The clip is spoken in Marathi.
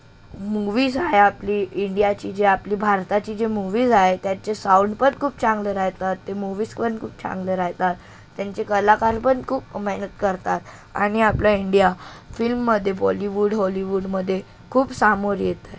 मूवीज आहे आपली इंडियाची जे आपली भारताची जे मूवीज आहे त्याचे साऊंडपड खूप चांगलं रह्यतात ते मूवीज पण खूप चांगले राहतात त्यांचे कलाकार पण खूप मेहनत करतात आणि आपला इंडिया फिल्ममध्ये बॉलिवूड हॉलिवूडमध्ये खूप समोर येत आहे